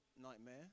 nightmare